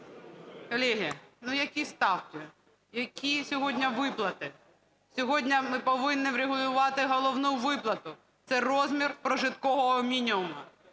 Колеги, ну, які ставки, які сьогодні виплати? Сьогодні ми повинні врегулювати головну виплату – це розмір прожиткового мінімуму.